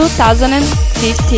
2015